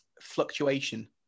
fluctuation